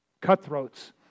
cutthroats